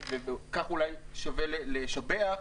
כך אולי שווה לשבח,